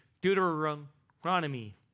Deuteronomy